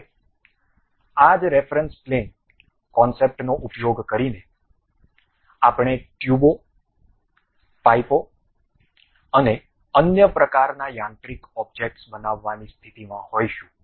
હવે આ જ રેફરન્સ પ્લેન કોનસેપ્ટનો ઉપયોગ કરીને આપણે ટ્યુબઓ પાઈપો અને અન્ય પ્રકારના યાંત્રિક ઓબ્જેક્ટ્સ બનાવવાની સ્થિતિમાં હોઈશું